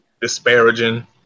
disparaging